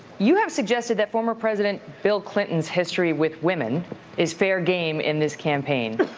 you have suggested that former president bill clinton's history with women is fair game in this campaign.